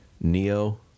Neo